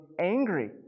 angry